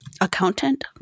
Accountant